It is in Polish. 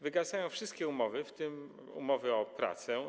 Wygasają wszystkie umowy, w tym umowy o pracę.